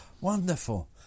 wonderful